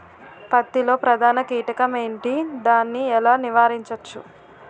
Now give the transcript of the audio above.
పత్తి లో ప్రధాన కీటకం ఎంటి? దాని ఎలా నీవారించచ్చు?